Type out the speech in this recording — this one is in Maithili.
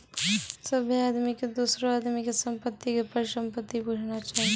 सभ्भे आदमी के दोसरो आदमी के संपत्ति के परसंपत्ति बुझना चाही